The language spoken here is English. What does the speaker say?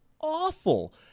awful